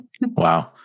Wow